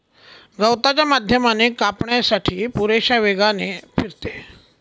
गवताच्या माध्यमाने कापण्यासाठी पुरेशा वेगाने फिरते